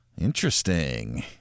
Interesting